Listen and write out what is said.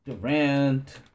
Durant